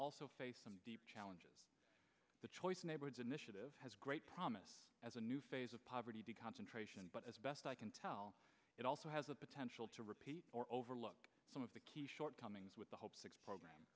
also faced some challenges the choice neighborhoods initiative has great promise as a new phase of poverty concentration but as best i can tell it also has the potential to repeat or overlook some of the shortcomings with the whole program